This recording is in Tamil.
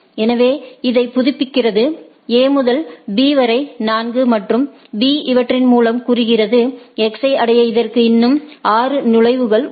எனவே இதை புதுப்பிக்கிறது A முதல் B வரை 4 மற்றும் B இவற்றின் மூலம் கூறுகிறது X ஐ அடைய இதற்கு இன்னும் 6 நுழைவுகள் உள்ளன